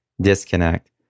disconnect